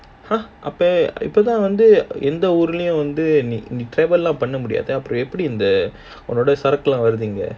!huh! இப்ப வந்து எந்த ஊருக்கும் ற்றவேல் பண்ண முடியாதே எப்படி ஒன்னோட சரக்கு எல்லாம் வறுத்து இங்க:ippa wanthu entha oorkum travel panna mudiyaathe eppdi onnoda sarakku ellam waruthu inga